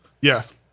Yes